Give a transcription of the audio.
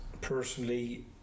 personally